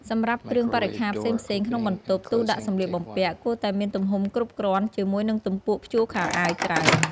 សម្រាប់គ្រឿងបរិក្ខារផ្សេងៗក្នុងបន្ទប់ ទូដាក់សំលៀកបំពាក់ គួរតែមានទំហំគ្រប់គ្រាន់ ជាមួយនឹង ទំពួកព្យួរខោអាវច្រើន។